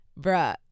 bruh